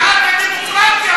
זאת פגיעה בדמוקרטיה.